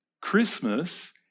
Christmas